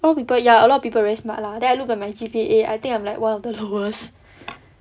all people ya a lot of people very smart lah then I look at my G_P_A I think I'm like one of the worst